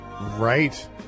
Right